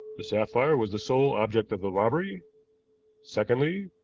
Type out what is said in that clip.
the sapphire was the sole object of the robbery secondly,